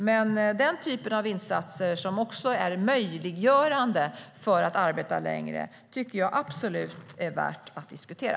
Men den typen av insatser som möjliggör för människor att arbeta längre tycker jag absolut är värda att diskutera.